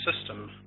system